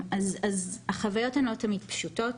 אז החוויות הן לא תמיד פשוטות.